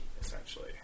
essentially